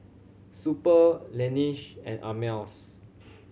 Super Laneige and Ameltz